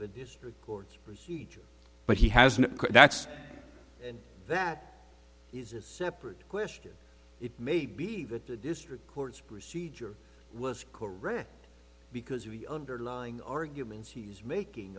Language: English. the district court's procedure but he has no that's and that is a separate question it may be that the district courts procedure was correct because of the underlying arguments he's making